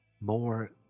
More